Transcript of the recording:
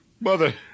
Mother